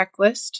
checklist